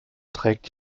trägt